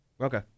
Okay